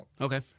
Okay